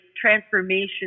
transformation